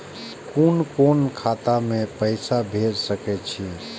कुन कोण खाता में पैसा भेज सके छी?